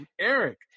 Eric